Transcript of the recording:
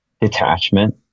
detachment